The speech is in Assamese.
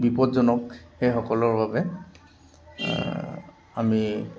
বিপদজনক সেইসকলৰ বাবে আমি